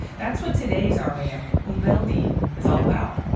that's what today's aria um baldi is all about